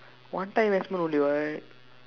one time explode only what